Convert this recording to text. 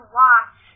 watch